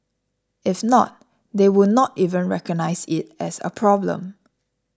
if not they would not even recognise it as a problem